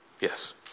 Yes